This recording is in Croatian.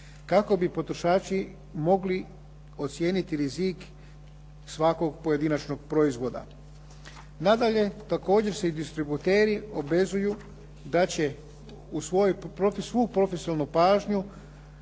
kako bi potrošači mogli ocijeniti rizik svakog pojedinačnog proizvoda. Nadalje, također se i distributeri obvezuju da će svu profesionalnu pažnju